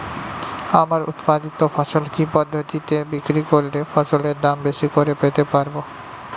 আমার উৎপাদিত ফসল কি পদ্ধতিতে বিক্রি করলে ফসলের দাম বেশি করে পেতে পারবো?